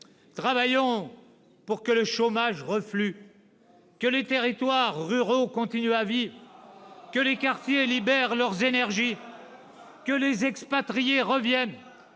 Travaillons pour que le chômage reflue, pour que les territoires ruraux continuent à vivre, pour que les quartiers libèrent leurs énergies, pour que les expatriés reviennent,